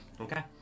Okay